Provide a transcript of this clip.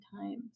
times